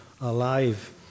alive